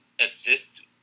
assist